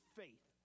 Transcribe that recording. faith